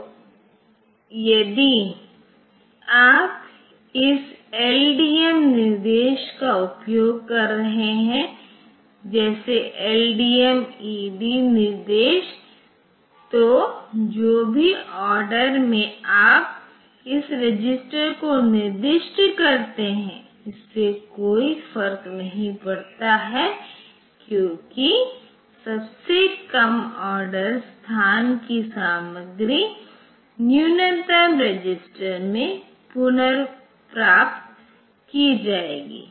तो यदि आप इस LDM निर्देश का उपयोग कर रहे हैं जैसे LDMED निर्देश तो जो भी ऑर्डर में आप इस रजिस्टर को निर्दिष्ट करते हैं इससे कोई फर्क नहीं पड़ता है क्योंकि सबसे कम ऑर्डर स्थान की सामग्री न्यूनतम रजिस्टर में पुनर्प्राप्त की जाएगी